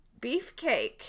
beefcake